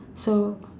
so